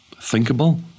thinkable